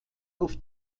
auf